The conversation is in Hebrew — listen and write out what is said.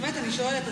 באמת, אני שואלת.